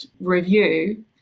review